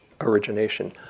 origination